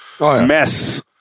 mess